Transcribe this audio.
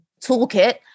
toolkit